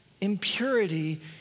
impurity